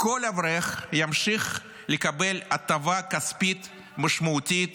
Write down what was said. כל אברך ימשיך לקבל הטבה כספית משמעותית